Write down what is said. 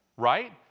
right